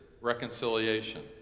reconciliation